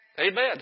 Amen